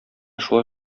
шулай